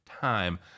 Time